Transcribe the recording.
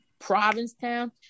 Provincetown